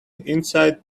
insight